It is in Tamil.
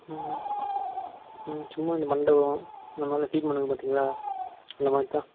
ம் ம் ம் சும்மா இந்த மண்டபம் இந்த மாதிரிலான் கிளீன் பண்ணுவாங்க பார்த்திங்களா அந்த மாதிரி தான்